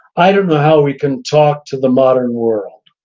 i don't know how we can talk to the modern world.